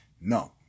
No